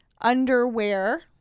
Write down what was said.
underwear